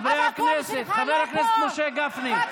חבר הכנסת משה גפני.